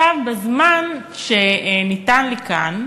בזמן שניתן לי כאן,